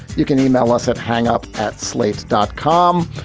you can e-mail us at hang-up at slate dot com.